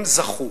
הם זכו.